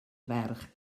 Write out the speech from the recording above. ferch